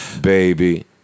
baby